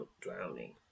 drowning